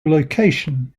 location